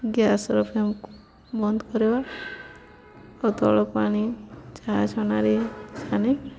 ଗ୍ୟାସ୍ର ଫ୍ଲେମ୍କୁ ବନ୍ଦକରିବା ଆଉ ତଳ ପାଣି ଚାହା ଛଣାରେ ଛାଣି